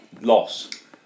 loss